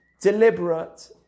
deliberate